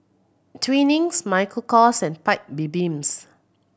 Twinings Michael Kors and Paik Bibims